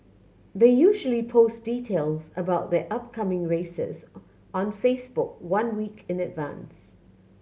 they usually post details about their upcoming races on Facebook one week in advance